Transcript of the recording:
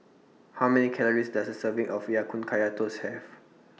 How Many Calories Does A Serving of Ya Kun Kaya Toast Have